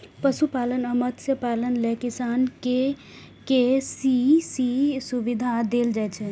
पशुपालन आ मत्स्यपालन लेल किसान कें के.सी.सी सुविधा देल जाइ छै